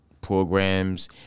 programs